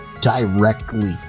directly